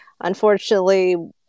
unfortunately